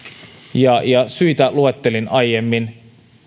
ja ja syitä luettelin aiemmin